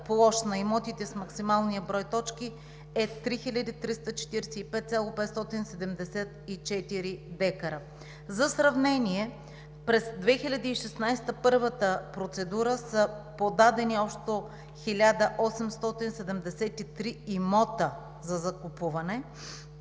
на имотите с максимален брой точки е 3345,574 дка. За сравнение, през 2016 г. по първата процедура са подадени общо 1873 имота за закупуване,